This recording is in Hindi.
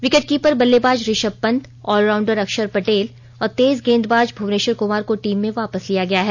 विकेट कीपर बल्लेबाज ऋषभ पत ऑल राउंडर अक्षर पटेल और तेज गेंदबाज भुवनेश्वर कुमार को टीम में वापस लिया गया है